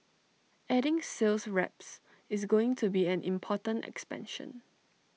adding sales reps is going to be an important expansion